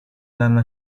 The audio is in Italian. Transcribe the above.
danno